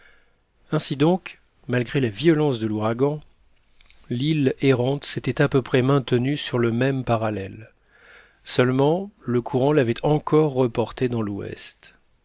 ainsi donc malgré la violence de l'ouragan l'île errante s'était à peu près maintenue sur le même parallèle seulement le courant l'avait encore reportée dans l'ouest